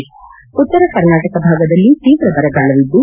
ಉತ್ತರ ಕರ್ನಾಟಕ ಭಾಗದಲ್ಲಿ ತೀವ್ರ ಬರಗಾಲವಿದ್ದು